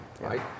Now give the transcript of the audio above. right